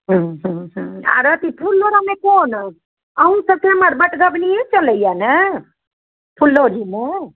हम्म हम्म हम्म आर अथि फूल लोढ़यमे कोन अहूँसभके एम्हर तऽ बँटगवनिए चलैए ने फुललोढ़ीमे